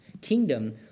kingdom